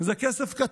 זה כסף קטן.